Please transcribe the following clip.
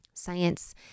science